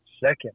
second